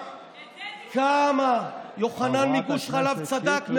וכמה יוחנן מגוש חלב צדק.